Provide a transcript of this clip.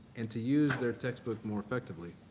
and to use their textbook more effectively.